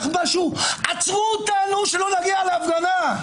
עצרו אותנו שלא נגיע להפגנה.